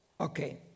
Okay